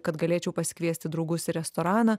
kad galėčiau pasikviesti draugus į restoraną